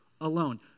alone